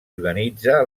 organitza